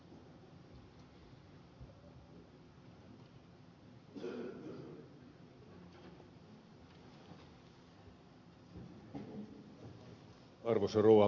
arvoisa rouva puhemies